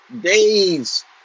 days